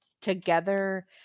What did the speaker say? together